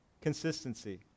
consistency